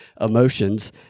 emotions